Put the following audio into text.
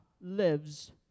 lives